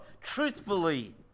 truthfully